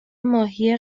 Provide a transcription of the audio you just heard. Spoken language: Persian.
ماهی